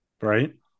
Right